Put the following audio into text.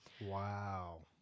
Wow